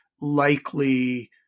likely